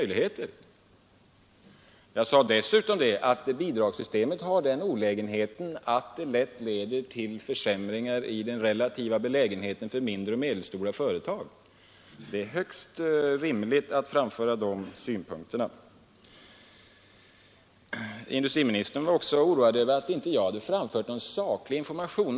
Jag anförde dessutom att bidragssystemet har den olägenheten att det lätt leder till försämringar i den relativa belägenheten för mindre och medelstora företag. Det är högst rimligt att framföra de synpunkterna. Industriministern var också oroad över att jag inte hade framfört någon saklig information.